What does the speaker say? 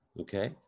Okay